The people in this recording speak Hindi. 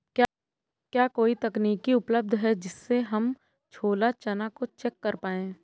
क्या कोई तकनीक उपलब्ध है जिससे हम छोला चना को चेक कर पाए?